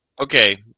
Okay